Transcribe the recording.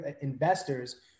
investors